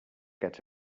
get